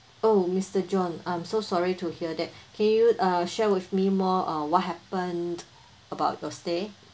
oh mister john I'm so sorry to hear that can you uh share with me more uh what happened about your stay